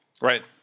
Right